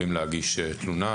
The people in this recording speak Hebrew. להגיש תלונה.